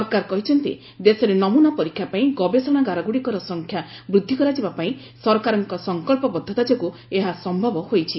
ସରକାର କହିଛନ୍ତି ଦେଶରେ ନମୁନା ପରୀକ୍ଷା ପାଇଁ ଗବେଷଣାଗାରଗ୍ରଡ଼ିକର ସଂଖ୍ୟା ବୃଦ୍ଧି କରାଯିବା ପାଇଁ ସରକାରଙ୍କ ସଂକଳ୍ପବଦ୍ଧତା ଯୋଗୁଁ ଏହା ସମ୍ଭବ ହୋଇଛି